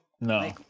No